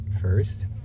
first